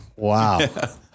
Wow